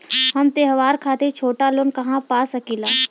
हम त्योहार खातिर छोटा लोन कहा पा सकिला?